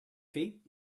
feet